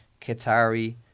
Qatari